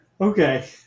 Okay